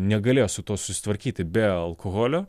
negalėjo su tuo susitvarkyti be alkoholio